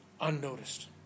unnoticed